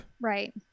Right